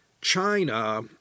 China